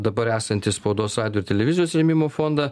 dabar esantį spaudos radijo ir televizijos rėmimo fondą